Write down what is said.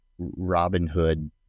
Robinhood